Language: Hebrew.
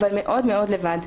אבל מאוד מאוד לבד.